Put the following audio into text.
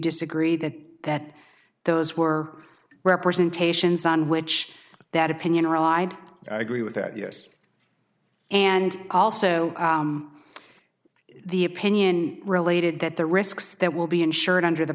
disagree that that those were representations on which that opinion or i'd agree with that yes and also the opinion related that the risks that will be insured under the